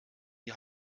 die